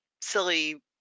silly